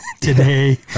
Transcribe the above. today